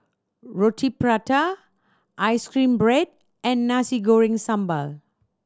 Roti Prata ice cream bread and Nasi Goreng Sambal